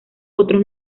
otros